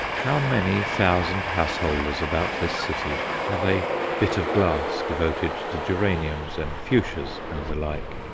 how many thousand householders about this city have a bit of glass devoted to geraniums and fuchsias and the like!